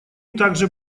также